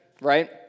right